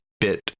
bit